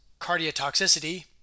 cardiotoxicity